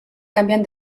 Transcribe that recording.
cambian